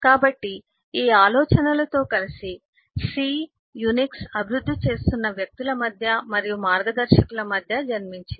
కాబట్టి ఈ ఆలోచనలతో కలిసి C యునిక్స్ అభివృద్ధి చేస్తున్న వ్యక్తుల మరియు మార్గదర్శకుల మధ్య జన్మించింది